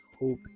hope